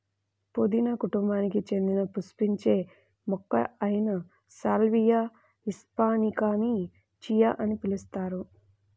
పుదీనా కుటుంబానికి చెందిన పుష్పించే మొక్క అయిన సాల్వియా హిస్పానికాని చియా అని పిలుస్తారు